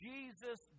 Jesus